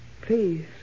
Please